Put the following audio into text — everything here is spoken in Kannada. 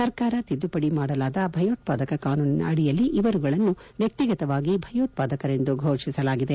ಸರ್ಕಾರ ತಿದ್ದುಪಡಿ ಮಾಡಲಾದ ಭಯೋತ್ಪಾದಕ ಕಾನೂನಿನ ಅಡಿಯಲ್ಲಿ ಇವರುಗಳನ್ನು ವ್ಹಿಕಿಗತವಾಗಿ ಭಯೋತ್ಪಾದಕರೆಂದು ಘೋಷಿಸಲಾಗಿದೆ